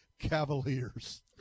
Cavaliers